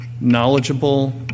knowledgeable